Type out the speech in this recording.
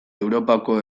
europako